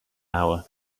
hour